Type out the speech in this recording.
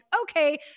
okay